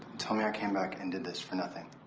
tell me i came back and did this for nothing.